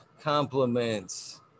compliments